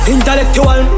Intellectual